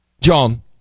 John